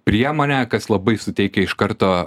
priemonė kas labai suteikia iš karto